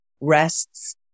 rests